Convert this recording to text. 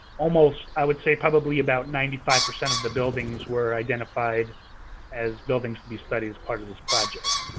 almost, i would say probably about ninety five percent of the buildings were identified as buildings to be studied as part of this project.